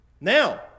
now